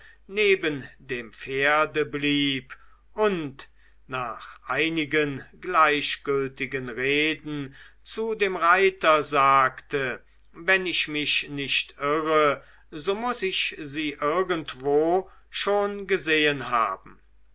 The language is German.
neben dem pferde blieb und nach einigen gleichgültigen reden zu dem reiter sagte wenn ich mich nicht irre so muß ich sie irgendwo schon gesehen haben